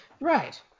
Right